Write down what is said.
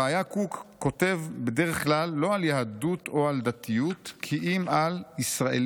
הראי"ה קוק כותב בדרך כלל לא על יהדות או על דתיות כי אם על 'ישראליות',